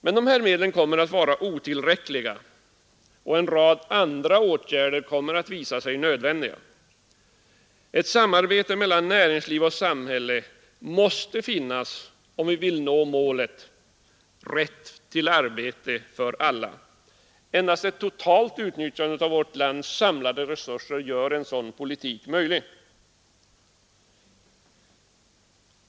Men dessa medel kommer att vara otillräckliga, och en rad andra åtgärder kommer att visa sig nödvändiga. Ett samarbete mellan näringsliv och samhälle måste finnas, om vi vill nå målet: rätt till arbete för alla. Endast ett totalt utnyttjande av vårt lands samlade resurser gör detta möjligt.